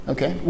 Okay